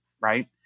right